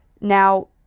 Now